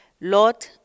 Lord